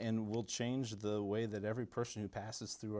and will change the way that every person who passes through